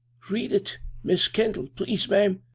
read it mis' kendall, please, ma'am,